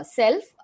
self